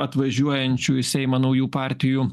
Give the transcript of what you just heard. atvažiuojančių į seimą naujų partijų